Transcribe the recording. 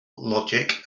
logic